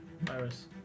virus